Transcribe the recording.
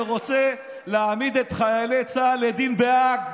שרוצה להעמיד את חיילי צה"ל לדין בהאג,